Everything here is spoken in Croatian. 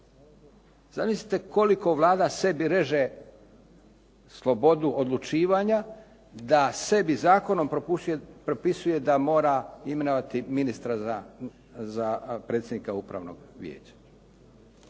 Zamislite koliko Vlada sebi reže slobodu odlučivanja da sebi zakonom propisuje da mora imenovati ministra za predsjednika upravnog vijeća.